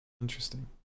interesting